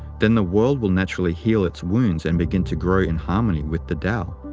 then the world will naturally heal its wounds and begin to grow in harmony with the tao.